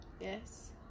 Yes